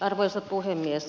arvoisa puhemies